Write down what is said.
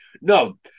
No